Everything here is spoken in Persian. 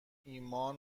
ایمان